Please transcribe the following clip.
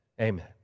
amen